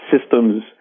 systems